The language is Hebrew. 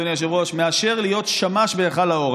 אדוני היושב-ראש: אין דבר יותר מאושר מאשר להיות שמש בהיכל האור.